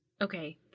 Okay